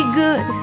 good